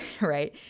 Right